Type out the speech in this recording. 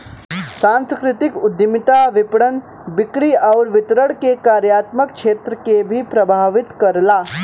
सांस्कृतिक उद्यमिता विपणन, बिक्री आउर वितरण के कार्यात्मक क्षेत्र के भी प्रभावित करला